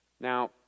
Now